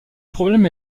problème